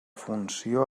funció